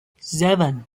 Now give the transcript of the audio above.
seven